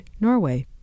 Norway